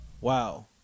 wow